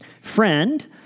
Friend